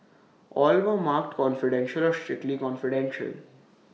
all were marked confidential or strictly confidential